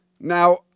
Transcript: Now